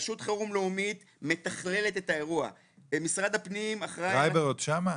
רשות חירום לאומית מתכללת את האירוע- -- טרייבר עוד שם?